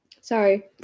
sorry